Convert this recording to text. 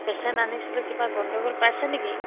patient আনিছিলোঁ কিবা গণ্ডগোল পাইছে নেকি